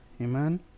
Amen